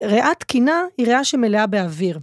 ריאה תקינה היא ריאה שמלאה באוויר.